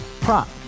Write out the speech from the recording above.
prop